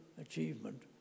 achievement